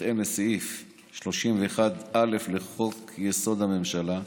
בהתאם לסעיף 31(א) לחוק-יסוד: הממשלה,